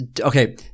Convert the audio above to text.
okay